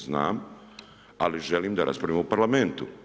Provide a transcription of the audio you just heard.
Znam, ali želim da raspravljamo u parlamentu.